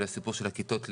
של הסיפור של כיתות לימוד.